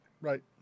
Right